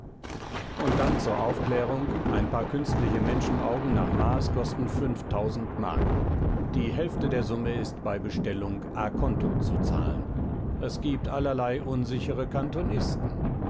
und dann zur aufklärung ein paar künstliche menschenaugen nach maß kosten fünftausend mark die hälfte der summe ist bei bestellung a conto zu zahlen es gibt allerlei unsichere kantonisten